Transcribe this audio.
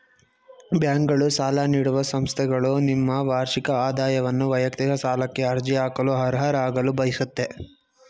ಬ್ಯಾಂಕ್ಗಳು ಸಾಲ ನೀಡುವ ಸಂಸ್ಥೆಗಳು ನಿಮ್ಮ ವಾರ್ಷಿಕ ಆದಾಯವನ್ನು ವೈಯಕ್ತಿಕ ಸಾಲಕ್ಕೆ ಅರ್ಜಿ ಹಾಕಲು ಅರ್ಹರಾಗಲು ಬಯಸುತ್ತೆ